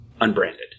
unbranded